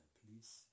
please